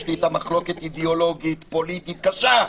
יש לי איתם מחלוקת אידאולוגית-פוליטית קשה,